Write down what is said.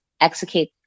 execute